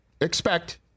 expect